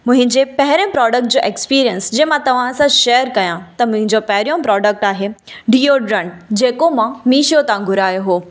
मुहिंजे पहिरें प्रोडक्ट जो एक्सपीरियंस जे मां तव्हांसां शेयर कयां त मुहिंजो पहिरियों प्रोडक्ट आहे डीओडिरंट जेको मां मीशो तां घुरायो हो